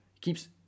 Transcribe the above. keeps